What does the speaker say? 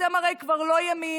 אתם הרי כבר לא ימין